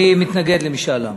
אני מתנגד למשאל עם.